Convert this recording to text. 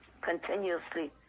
continuously